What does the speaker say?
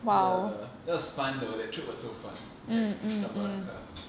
ya that was fun though that trip was so fun like